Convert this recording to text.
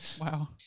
Wow